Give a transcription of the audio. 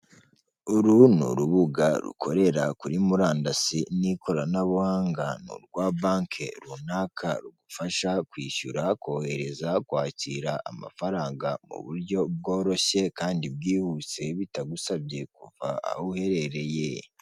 Uru ni urubuga rukorera kuri murandasi n'ikoranabuhanga, ni urwa banki runaka rugufasha kwishyura, kohereza, kwakira amafaranga mu buryo bworoshye kandi bwihuse bitagusabye kuva aho uherereye.